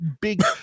big